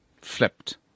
flipped